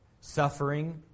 suffering